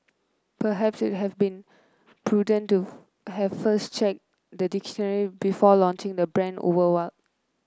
perhaps it have been prudent to have first checked the dictionaries before launching the brand worldwide